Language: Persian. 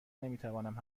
نمیتوانم